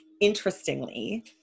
interestingly